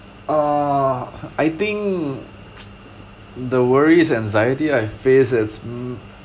uh I think the worries anxiety I face is mm